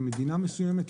למדינה מסוימת,